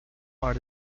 are